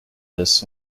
this